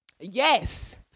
Yes